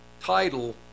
title